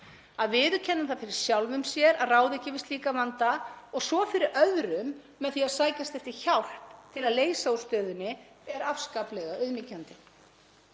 Að viðurkenna það fyrir sjálfum sér að maður ráði ekki við slíkan vanda og svo fyrir öðrum með því að sækjast eftir hjálp til að leysa úr stöðunni er afskaplega auðmýkjandi.